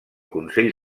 consell